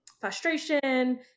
frustration